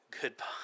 goodbye